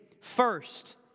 first